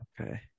Okay